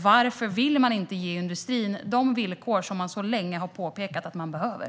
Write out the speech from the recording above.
Varför vill ni inte ge industrin de villkor som man så länge har påpekat att man behöver?